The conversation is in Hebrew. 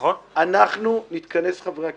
אנחנו, חברי הכנסת,